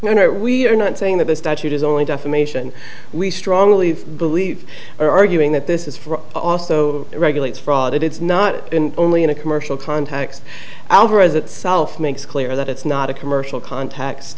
know we are not saying that this statute is only defamation we strongly believe are arguing that this is for also regulates fraud it is not only in a commercial contacts alvarez itself makes clear that it's not a commercial contacts